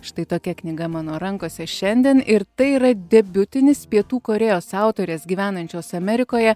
štai tokia knyga mano rankose šiandien ir tai yra debiutinis pietų korėjos autorės gyvenančios amerikoje